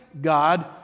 God